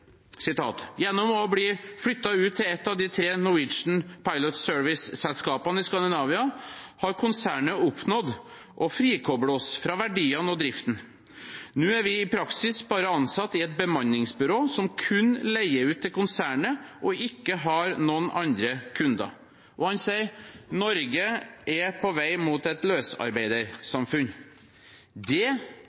i Skandinavia, har konsernet oppnådd å frikoble oss fra verdiene og driften. Nå er vi praksis bare ansatt i et bemanningsbyrå som kun leier ut til konsernet og ikke har noen andre kunder.» Han sier også: «Norge er på vei mot et løsarbeidersamfunn.» Det